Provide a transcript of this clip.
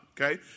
Okay